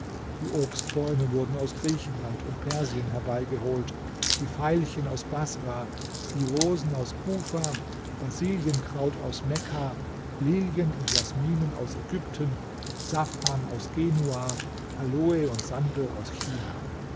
die obstbäume wurden aus griechenland und persien herbeigeholt die veilchen aus baßrah die rosen aus kufa basilienkraut aus mekka lilien und jasminen aus ägypten safran aus genua aloe und sandel aus china